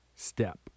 step